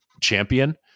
champion